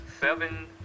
seven